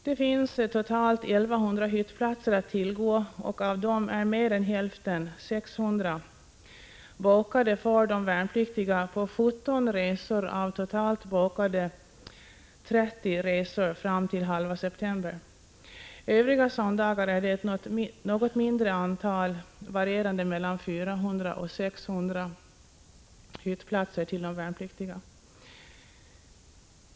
Det finns totalt 1 100 hyttplatser att tillgå, och av dem är mer än hälften, 600, bokade för de värnpliktiga på 17 resor av totalt 30 bokade resor fram till mitten av september. Övriga söndagar är det ett något mindre antal, varierande mellan 400 och 600 hyttplatser till de värnpliktiga.